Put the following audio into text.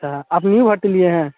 अच्छा आप न्यू भर्ती लिए हैं